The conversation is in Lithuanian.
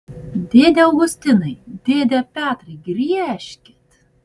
dėde augustinai dėde petrai griežkit